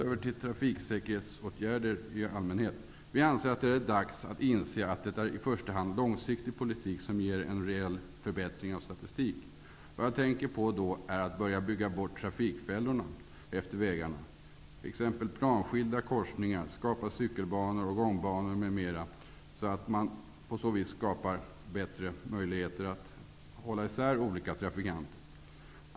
Över till trafiksäkerhetsåtgärder i allmänhet. Vi anser att det är dags att inse att det i första hand är långsiktig politik som ger en reell förbättring av statistik. Det jag tänker på är att man bör börja bygga bort trafikfällorna efter vägarna, t.ex. genom planskilda korsningar, cykelbanor och gångbanor, så att man skapar bättre möjligheter att hålla i sär olika trafikanter.